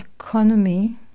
economy